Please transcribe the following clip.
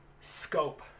scope